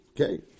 Okay